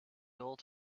old